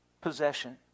possession